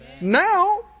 Now